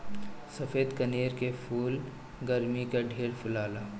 सफ़ेद कनेर के फूल गरमी में ढेर फुलाला